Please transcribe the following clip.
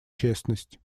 честность